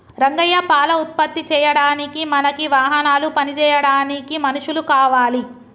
రంగయ్య పాల ఉత్పత్తి చేయడానికి మనకి వాహనాలు పని చేయడానికి మనుషులు కావాలి